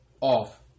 off